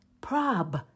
prob